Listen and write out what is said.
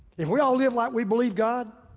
if we all live like we believe god,